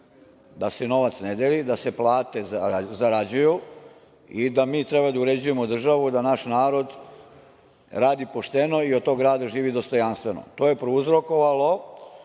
da se novac ne deli, da se plate zarađuju i da mi treba da uređujemo državu, da naš narod radi pošteno i od tog rada živi dostojanstveno. To je prouzrokovalo